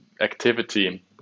activity